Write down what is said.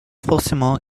forcément